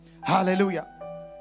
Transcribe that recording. Hallelujah